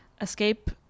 escape